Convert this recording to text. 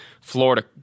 Florida